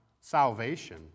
salvation